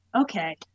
okay